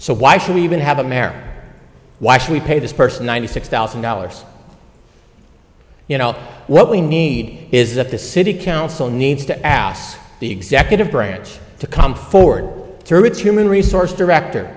so why should we even have a mare why should we pay this person ninety six thousand dollars you know what we need is that the city council needs to ask the executive branch to come forward through its human resources director